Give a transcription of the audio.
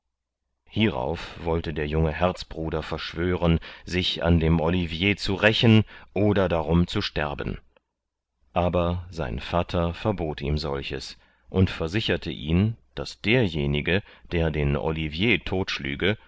hierauf wollte der junge herzbruder verschwören sich an dem olivier zu rächen oder darum zu sterben aber sein vatter verbot ihm solches und versicherte ihn daß derjenige der den olivier totschlüge